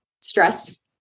stress